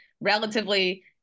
relatively